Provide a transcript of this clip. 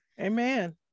Amen